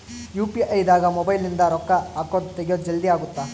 UPI ದಾಗ mobile ನಿಂದ ರೊಕ್ಕ ಹಕೊದ್ ತೆಗಿಯೊದ್ ಜಲ್ದೀ ಅಗುತ್ತ